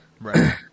Right